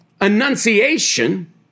annunciation